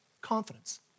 Confidence